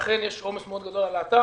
אכן יש עומס על האתר,